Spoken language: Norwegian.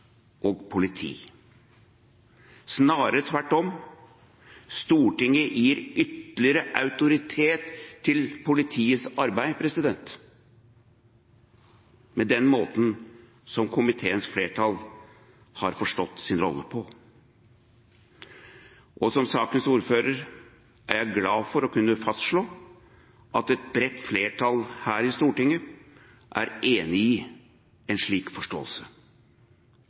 og politi. Snarere tvert om: Stortinget gir ytterligere autoritet til politiets arbeid med den måten som komiteens flertall har forstått sin rolle på. Og som sakens ordfører er jeg glad for å kunne fastslå at et bredt flertall her i Stortinget er enig i en slik forståelse.